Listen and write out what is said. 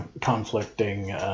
Conflicting